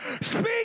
Speak